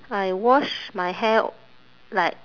I wash my hair like